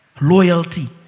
loyalty